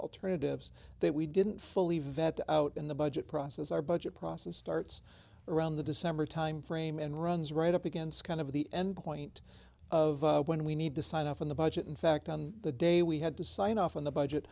alternatives that we didn't fully vet out in the budget process our budget process starts around the december timeframe and runs right up against the the endpoint of when we need to sign off on the budget in fact on the day we had to sign off on the budget